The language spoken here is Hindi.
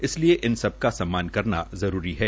इसलिए इन सबका सम्मान करना जरूरी है